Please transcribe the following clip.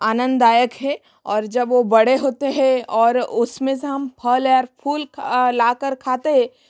आनंददायक है और जब वो बड़े होते हे और उसमें से हम फल या फूल ला कर खाते है